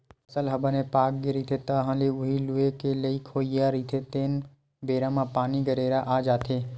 फसल ह बने पाकगे रहिथे, तह ल उही लूए के लइक होवइया रहिथे तेने बेरा म पानी, गरेरा आ जाथे